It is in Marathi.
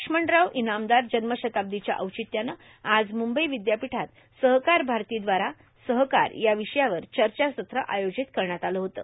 लक्ष्मणराव इनामदार जन्मशताब्दीच्या औचित्यानं आज मुंबई विद्यापीठात सहकार भारतीद्वारा सहकार या विषयावर चर्चासत्र आयोजित करण्यात आलं होतं